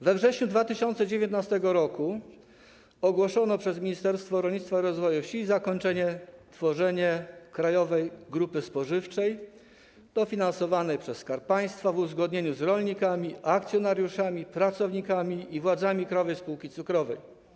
We wrześniu 2019 r. Ministerstwo Rolnictwa i Rozwoju Wsi ogłosiło zakończenie tworzenia krajowej grupy spożywczej dofinansowanej przez Skarb Państwa w uzgodnieniu z rolnikami, akcjonariuszami, pracownikami i władzami Krajowej Spółki Cukrowej.